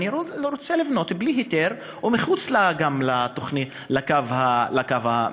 אני רוצה לבנות בלי היתר ומחוץ לקו המתאר.